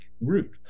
root